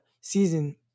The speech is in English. season